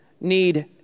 need